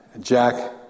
Jack